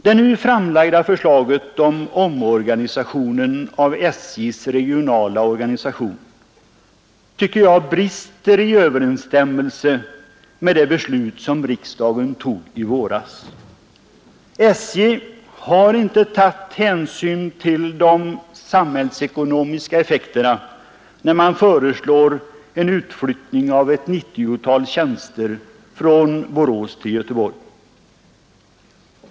Det nu framlagda förslaget om ändring av SJ:s regionala organisation tycker jag brister i överensstämmelse med det beslut som riksdagen tog i våras. SJ har inte tagit hänsyn till de samhällsekonomiska effekterna när man föreslår en utflyttning av ett 90-tal tjänster från Borås till Göteborg.